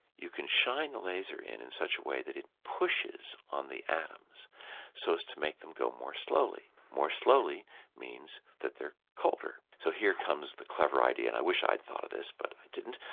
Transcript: you can shine the laser in in such a way that it pushes on the atoms so as to make them go more slowly, more slowly means that they're colder. so here comes the clever idea, and i wish i'd thought of this but i didn't.